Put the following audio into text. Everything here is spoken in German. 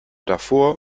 davor